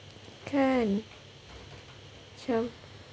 kan macam